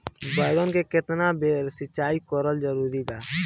बैगन में केतना बेर सिचाई करल जरूरी बा?